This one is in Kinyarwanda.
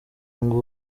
ngo